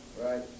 Right